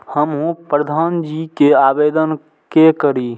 हमू प्रधान जी के आवेदन के करी?